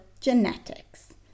genetics